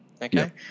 Okay